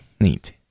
neat